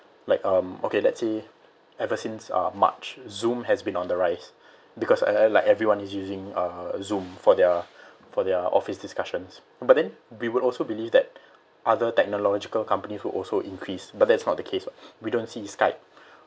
like um okay let's say ever since uh march zoom has been on the rise because uh like everyone is using uh zoom for their for their office discussions but then we would also believe that other technological companies will also increase but that's not the case [what] we don't see skype